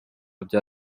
bya